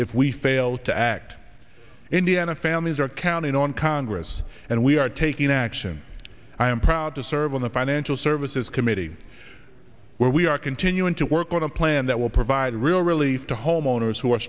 if we fail to act indiana families are counting on congress and we are taking action i am proud to serve on the financial services committee where we are continuing to work on a plan that will provide real relief to homeowners who are